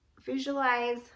Visualize